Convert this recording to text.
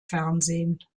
fernsehen